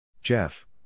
Jeff